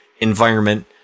environment